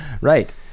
Right